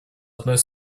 одной